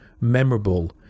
memorable